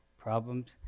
Problems